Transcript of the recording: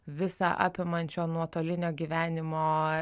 visa apimančio nuotolinio gyvenimo